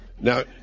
Now